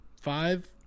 five